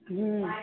हूँ